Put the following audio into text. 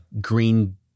green